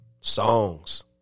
songs